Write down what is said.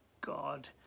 God